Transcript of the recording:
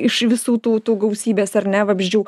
iš visų tų tų gausybės ar ne vabzdžių